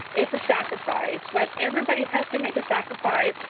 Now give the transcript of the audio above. it's a sacrifice. but everybody has to make a sacrifice,